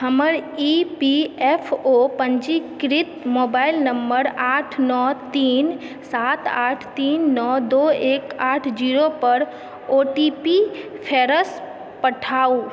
हमर E P F O पञ्जीकृत mobile number आठ नओ तीन सात आठ तीन नओ दू एक आठ जीरोपर ओ टी पी फेरसँ पठाउ